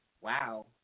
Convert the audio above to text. wow